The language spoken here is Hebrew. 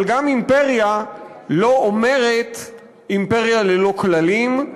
אבל גם אימפריה לא אומרת אימפריה ללא כללים,